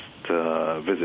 Visit